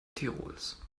tirols